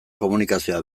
komunikazioa